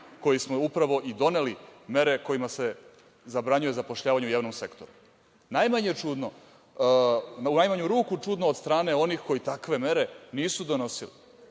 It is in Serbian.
koji smo upravo i doneli mere kojima se zabranjuje zapošljavanje u javnom sektoru. U najmanju ruku čudno, od strane onih koji takve mere nisu donosili,